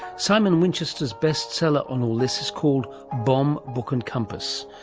simon winchester's best seller on all this is called, bomb, book and compass,